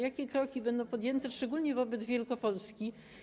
Jakie kroki będą podjęte, szczególnie wobec Wielkopolski?